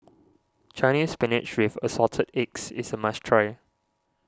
Chinese Spinach with Assorted Eggs is a must try